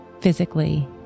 physically